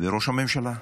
וראש הממשלה,